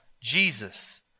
Jesus